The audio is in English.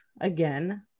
again